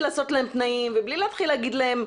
לעשות להם תנאים ובלי להתחיל להגיד להם,